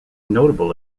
notable